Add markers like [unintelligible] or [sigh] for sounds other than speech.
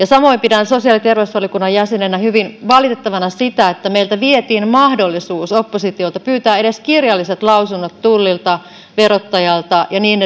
[unintelligible] samoin pidän sosiaali ja terveysvaliokunnan jäsenenä hyvin valitettavana sitä että meiltä oppositiolta vietiin mahdollisuus pyytää edes kirjalliset lausunnot tullilta verottajalta ja niin [unintelligible]